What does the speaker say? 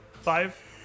five